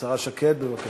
השרה שקד, בבקשה.